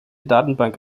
datenbank